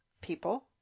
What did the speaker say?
people